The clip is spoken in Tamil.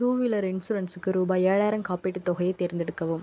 டூவீலர் இன்சூரன்ஸுக்கு ரூபாய் ஏழாயிரம் காப்பீட்டுத் தொகையை தேர்ந்தெடுக்கவும்